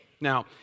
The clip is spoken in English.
Now